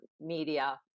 media